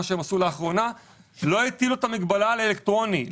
לאחרונה לא הטילה את המגבלה על אלקטרוני,